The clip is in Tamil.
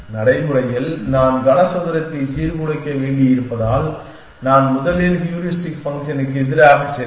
நடைமுறையில் நான் கனசதுரத்தை சீர்குலைக்க வேண்டியிருப்பதால் நான் முதலில் ஹூரிஸ்டிக் ஃபங்க்ஷனிற்கு எதிராக செல்வேன்